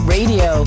Radio